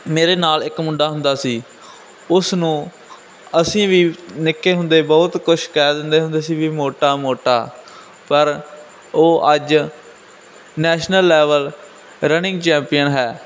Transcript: ਮੇਰੇ ਨਾਲ ਇੱਕ ਮੁੰਡਾ ਹੁੰਦਾ ਸੀ ਉਸ ਨੂੰ ਅਸੀਂ ਵੀ ਨਿੱਕੇ ਹੁੰਦੇ ਬਹੁਤ ਕੁਛ ਕਹਿ ਦਿੰਦੇ ਹੁੰਦੇ ਸੀ ਵੀ ਮੋਟਾ ਮੋਟਾ ਪਰ ਉਹ ਅੱਜ ਨੈਸ਼ਨਲ ਲੈਵਲ ਰਨਿੰਗ ਚੈਂਪੀਅਨ ਹੈ